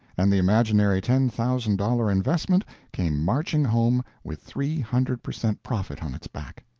and the imaginary ten-thousand-dollar investment came marching home with three hundred per cent. profit on its back!